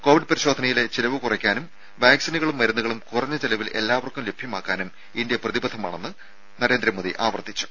Covid ക പരിശോധനയിലെ ചിലവു കുറക്കാനും വാക്സിനുകളും മരുന്നുകളും കുറഞ്ഞ ചെലവിൽ എല്ലാവർക്കും ലഭ്യമാക്കാനും ഇന്ത്യ പ്രതിബദ്ധമാണെന്ന് നരേന്ദ്രമോദി ആവർത്തിച്ചു